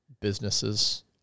businesses